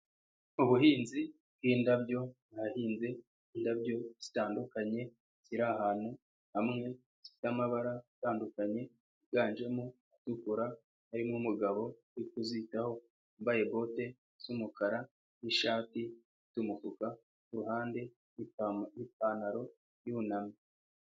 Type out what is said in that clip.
Ubuhinzi bw'indabyo ahahinze indabyo zitandukanye, ziri ahantu hamwe zifite amabara atandukanye yiganjemo atukura, harimo umugabo uri kuzitaho wambaye bote z'umukara n'ishati ifite umufuka ku ruhande n'ipantaro yunamye.